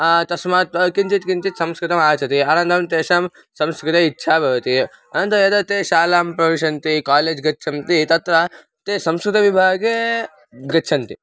तस्मात् वा किञ्चित् किञ्चित् संस्कृतमागच्छति अनन्तरं तेषां संस्कृते इच्छा भवति अनन्तरं यदा ते शालां प्रविशन्ति कालेज् गच्छन्ति तत्र ते संस्कृतविभागे गच्छन्ति